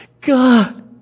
God